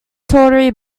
tawdry